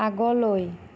আগলৈ